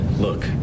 Look